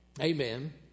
Amen